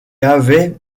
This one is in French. avait